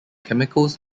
chemicals